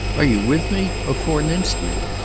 are you with me, or forninst me?